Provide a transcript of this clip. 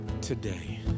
today